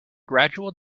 gradual